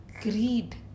greed